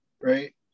right